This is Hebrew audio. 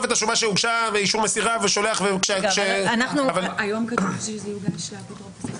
כתוב שזה יוגש על ידי האפוטרופוס הכללי.